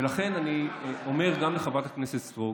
לכן אני אומר גם לחברת הכנסת סטרוק: